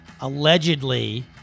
Allegedly